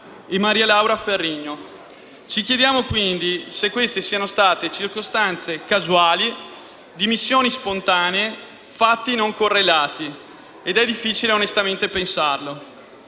e Marialaura Ferrigno. Ci chiediamo quindi se queste siano state circostanze casuali, dimissioni spontanee, fatti non correlati. Onestamente, è difficile pensarlo.